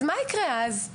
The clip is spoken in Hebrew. אז מה יקרה אז?